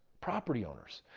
property owners.